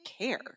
care